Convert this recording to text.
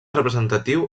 representatiu